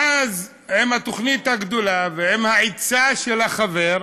ואז, עם "התוכנית הגדולה" ועם העצה של החבר,